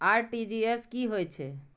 RTGS की होय छै